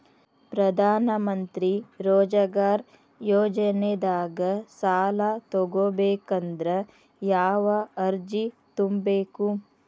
ಪ್ರಧಾನಮಂತ್ರಿ ರೋಜಗಾರ್ ಯೋಜನೆದಾಗ ಸಾಲ ತೊಗೋಬೇಕಂದ್ರ ಯಾವ ಅರ್ಜಿ ತುಂಬೇಕು?